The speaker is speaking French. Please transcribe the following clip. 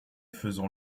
faisant